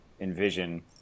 envision